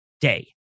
day